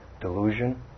delusion